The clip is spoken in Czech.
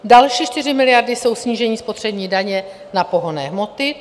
Další 4 miliardy jsou snížení spotřební daně na pohonné hmoty.